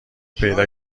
پیدا